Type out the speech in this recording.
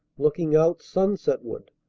looking out sunsetward.